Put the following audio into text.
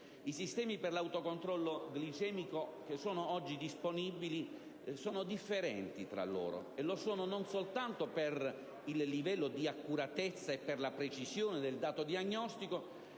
I sistemi per l'autocontrollo glicemico oggi disponibili sono differenti tra loro, e lo sono non soltanto per il livello di accuratezza e precisione del dato diagnostico,